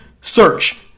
Search